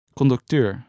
Conducteur